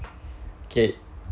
okay